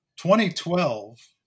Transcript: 2012